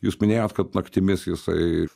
jūs minėjot kad naktimis jisai